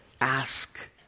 Ask